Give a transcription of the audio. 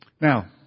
Now